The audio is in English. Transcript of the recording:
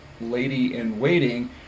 lady-in-waiting